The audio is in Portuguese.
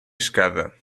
escada